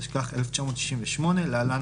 התשכ"ח 1968 (להלן,